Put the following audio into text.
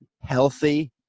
healthy